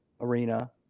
arena